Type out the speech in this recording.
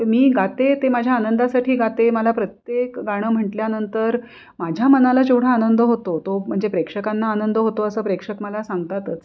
मी गाते ते माझ्या आनंदासाठी गाते मला प्रत्येक गाणं म्हटल्यानंतर माझ्या मनाला जेवढा आनंद होतो तो म्हणजे प्रेक्षकांना आनंद होतो असं प्रेक्षक मला सांगतातच